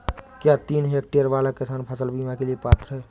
क्या तीन हेक्टेयर वाला किसान फसल बीमा के लिए पात्र हैं?